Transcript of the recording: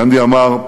גנדי אמר: